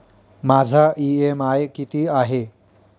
माझा इ.एम.आय किती आहे?